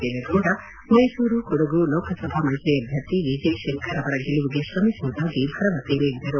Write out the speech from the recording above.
ದೇವೇಗೌಡ ಮೈಸೂರು ಕೊಡಗು ಲೋಕಸಭಾ ಮೈತ್ರಿ ಅಭ್ಯರ್ಥಿ ವಿಜಯ ಶಂಕರ್ ಅವರ ಗೆಲುವಿಗೆ ಶ್ರಮಿಸುವುದಾಗಿ ಭರವಸೆ ನೀಡಿದರು